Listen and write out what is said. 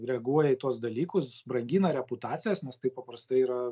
reaguoja į tuos dalykus brangina reputacijas nes tai paprastai yra